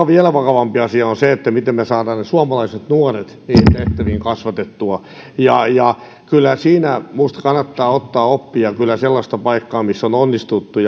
vielä vakavampi asia on se miten me saamme suomalaiset nuoret niihin tehtäviin kasvatettua ja ja kyllä siinä minusta kannattaa ottaa oppia sellaisesta paikkaa missä on onnistuttu